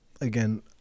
again